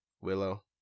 Willow